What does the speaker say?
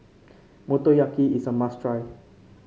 motoyaki is a must try